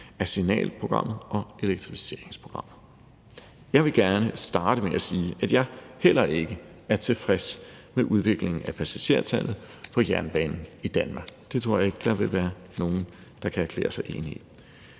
af signalprogrammet og elektrificeringsprogrammet. Jeg vil gerne starte med at sige, at jeg heller ikke er tilfreds med udviklingen i passagertallet på jernbanen i Danmark, og det tror jeg ikke der vil være nogen der kan erklære sig uenig i.